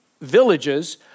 villages